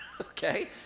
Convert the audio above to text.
Okay